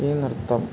ഈ നൃത്തം